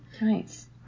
nice